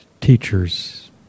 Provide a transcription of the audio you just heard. teachers